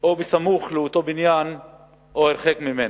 או בסמוך לאותו בניין או הרחק ממנו?